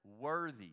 worthy